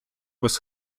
без